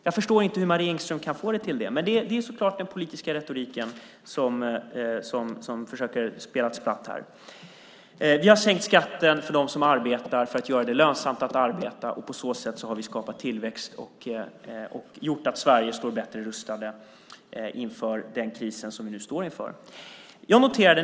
Jag förstår inte hur Marie Engström kan få det till det, men det är så klart den politiska retoriken som här försöker spela ett spratt. Vi har sänkt skatten för dem som arbetar just för att göra det lönsamt att arbeta. På så sätt har vi skapat tillväxt och gjort att Sverige står bättre rustat inför den kris som nu väntar.